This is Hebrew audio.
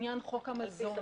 בעניין חוק המזון,